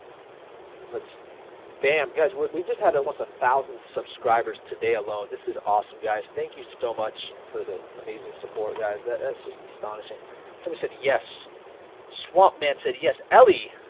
let's bamm guys we just had almost a thousand subscribers today alone. this is awesome guys thank you so much for the amazing support guys. that's just astonishing somebody said yes swamp man said yes ellie.